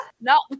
No